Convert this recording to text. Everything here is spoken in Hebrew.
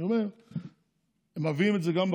גם מביאים את זה בפגרה,